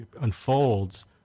unfolds